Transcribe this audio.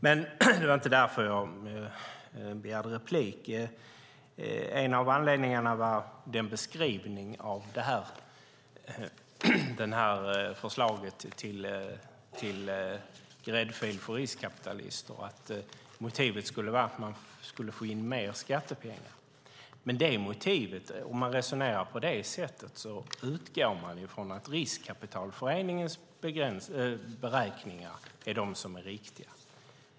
Men det var inte därför jag begärde replik. En av anledningarna var beskrivningen av förslaget till gräddfil för riskkapitalister. Motivet skulle vara att man skulle få in mer skattepengar. Om man resonerar på det sättet utgår man från att Riskkapitalföreningens beräkningar är riktiga.